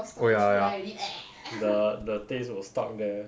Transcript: oh ya ya the the taste will stuck there